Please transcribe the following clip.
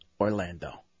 Orlando